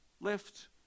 Left